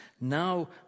now